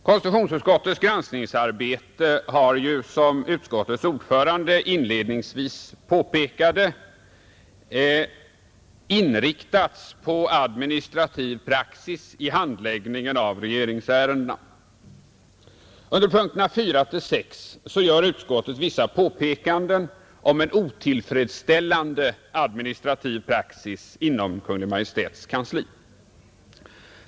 Konstitutionsutskottets granskningsarbete har, som utskottets ordförande inledningsvis påpekade, inriktats på administrativ praxis i handläggningen av regeringsärendena, I punkterna 4—6 gör utskottet vissa påpekanden om en otillfredsställande administrativ praxis inom Kungl. Maj:ts kansli.